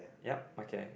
yup okay